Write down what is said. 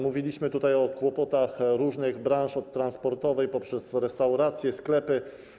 Mówiliśmy tutaj o kłopotach różnych branż, od transportowej poprzez restauracje, sklepy.